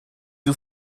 you